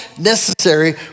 necessary